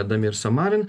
damir samarin